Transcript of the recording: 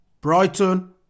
Brighton